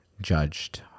judged